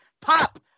Pop